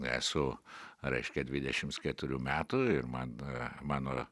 esu reiškia dvidešims keturių metų ir man mano